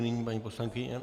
Nyní paní poslankyně...